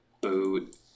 boot